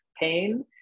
pain